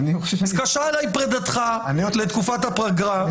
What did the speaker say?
אז קשה עליי פרידתך לתקופת הפגרה --- אני